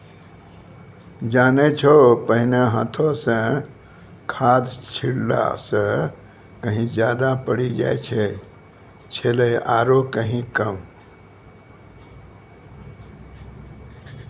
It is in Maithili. जानै छौ पहिने हाथों स खाद छिड़ला स कहीं ज्यादा पड़ी जाय छेलै आरो कहीं कम